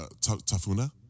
Tafuna